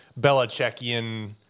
Belichickian